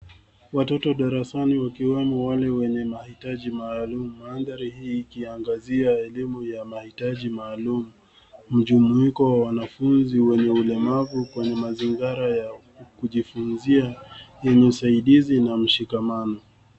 Watoto darasani wakiwemo wale wenye mahitaji maalum. Mandhari hii ikiangazia elimu ya mahitaji maalum. Mjumuiko wa wanafunzi wenye ulemavu kwenye mazingara ya kujifunzia yenye usaidizi na mshikamano.